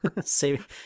Save